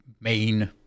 main